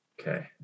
Okay